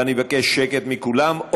ואני מבקש שקט מכולם,